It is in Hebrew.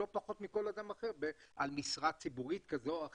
כל אדם אחר על משרה ציבורית כזו או אחרת.